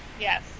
Yes